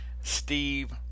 Steve